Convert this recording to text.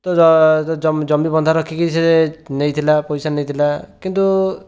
ତ ଜମି ଜମି ବନ୍ଧା ରଖିକି ସେ ନେଇଥିଲା ପଇସା ନେଇଥିଲା କିନ୍ତୁ